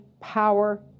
power